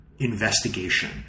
Investigation